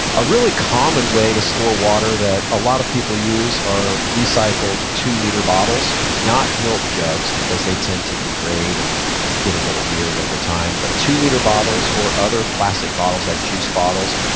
a really common way to store water that a lot of people use are recycled two-liter bottles. not milk jugs because they tend to degrade and get a little weird over time, but two-liter bottles or other plastic bottles, like juice bottles.